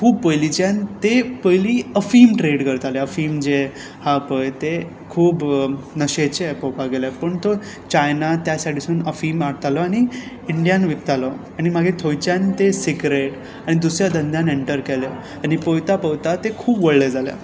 खूब पयलींच्यान ते पयलीं अफीम ट्रेड करताले अफीम जें आसा पळय तें खूब नशेचें पळोवपाक गेल्यार पूण तो चायना त्या सायडीसून अफीम हाडतालो आनी इंडियान विकतालो आनी मागीर थंयच्यान ते सिक्रेट आनी दुसऱ्या धंद्यान एंटर केलें आनी पळयता पळयता ते खूब व्हडले जाले